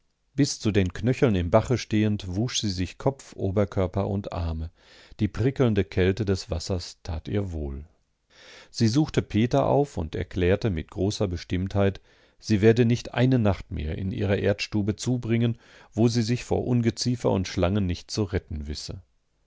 bis zu den knöcheln im bache stehend wusch sie sich kopf oberkörper und arme die prickelnde kälte des wassers tat ihr wohl sie suchte peter auf und erklärte mit großer bestimmtheit sie werde nicht eine nacht mehr in ihrer erdstube zubringen wo sie sich vor ungeziefer und schlangen nicht zu retten wisse